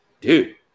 dude